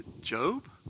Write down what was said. Job